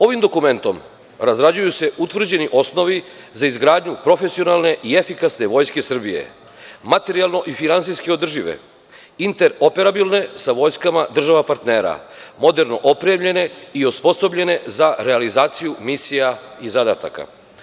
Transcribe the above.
Ovim dokumentom razrađuju se utvrđeni osnovi za izgradnju profesionalne i efikasne Vojske Srbije, materijalno-finansijski održive, interoperabilne sa vojskama država partnera, moderno opremljene i osposobljene za realizaciju misija i zadataka.